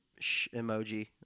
emoji